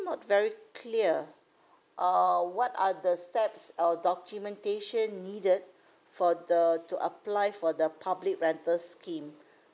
not very clear err what are the steps or documentation needed for the to apply for the public rental scheme